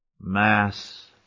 mass